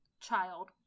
child